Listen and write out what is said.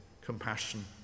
compassion